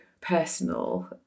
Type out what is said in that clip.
personal